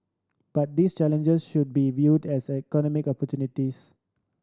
but these challenges should be viewed as economic opportunities